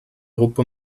europa